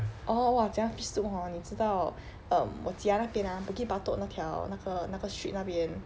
orh !wah! 讲到 fish soup hor 你知道 um 我家那边 ah bukit batok 那条那个那个 street 那边